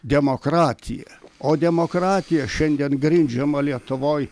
demokratiją o demokratija šiandien grindžiama lietuvoj